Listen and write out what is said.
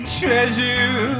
treasure